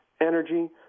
energy